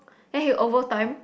and he'll overtime